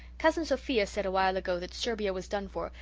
cousin sophia said awhile ago that serbia was done for,